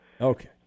Okay